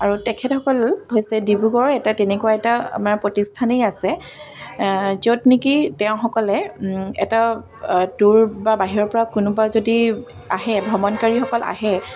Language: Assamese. আৰু তেখেতসকল হৈছে ডিব্ৰুগড়ৰ এটা তেনেকুৱা এটা আমাৰ প্ৰতিষ্ঠানেই আছে য'ত নেকি তেওঁসকলে এটা টুৰ বা বাহিৰৰ পৰা কোনোবা যদি আহে ভ্ৰমণকাৰীসকল আহে